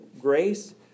grace